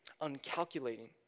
uncalculating